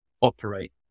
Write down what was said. operate